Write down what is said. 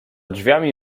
drzwiami